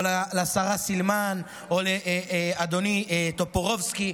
לשרה סילמן או לאדוני טופורובסקי.